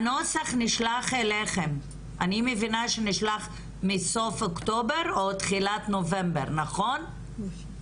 הנוסח נשלח אליכם אני מבינה שנשלח מסוף אוקטובר או תחילת נובמבר.